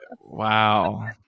Wow